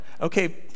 Okay